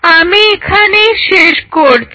আমি এখানেই শেষ করছি